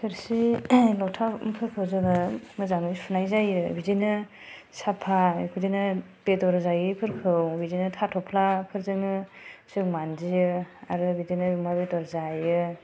थोरसि लथाफोरखौ जों मोजांयै सुनाय जायो बिदिनो साफा बिदिनो बेदर जायैफोरखौ बिदिनो हाथफ्ला फोरजों मानजियो आरो बिदिनो अमा बेदर जायो